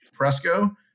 Presco